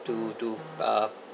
to to uh